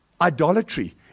Idolatry